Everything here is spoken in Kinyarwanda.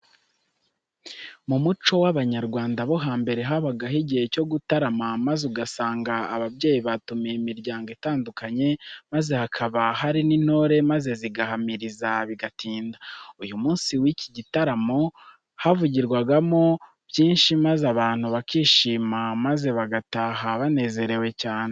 Mu muco w'Abanyarwanda bo hambere habagaho igihe cyo gutarama maze ugasanga ababyeyi batumiye imiryango itandukanye maze hakaba hari n'intore maze zigahamiriza bigatinda. Uyu munsi w'iki gitaramo havugirwagamo byinshi maze abantu bakishima maze bagataha banezerewe cyane.